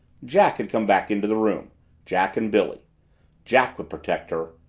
jack had come back into the room jack and billy jack would protect her!